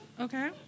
okay